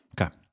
Okay